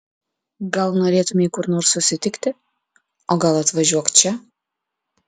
gal norėtumei kur nors susitikti o gal atvažiuok čia